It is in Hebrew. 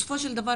בסופו של דבר,